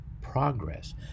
progress